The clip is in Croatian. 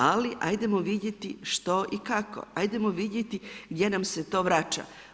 Ali ajdemo vidjeti što i kao, ajdemo vidjeti gdje nam se to vraća.